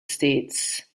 states